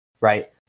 right